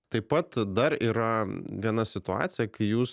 taip pat dar yra viena situacija kai jūs